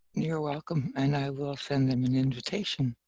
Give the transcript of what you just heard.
your welcome and i will send them an invitation.